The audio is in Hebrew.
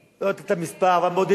אני לא יודע את המספר, אבל בודדים.